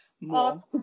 more